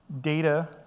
data